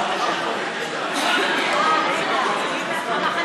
הכנסת (תיקון